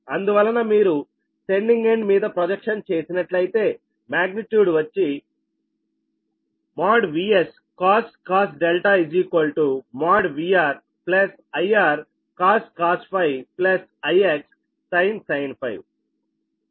అందువలన మీరు sending end మీద ప్రొజెక్షన్ చేసినట్లయితేమ్యాగ్నె ట్యూడ్ వచ్చి |VS |cos |VR| I Rcos ∅ I Xsin ∅